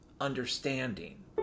understanding